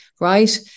right